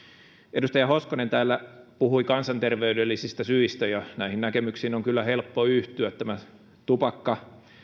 edustaja hoskonen täällä puhui kansanterveydellisistä syistä ja näihin näkemyksiin on kyllä helppo yhtyä tämä tupakka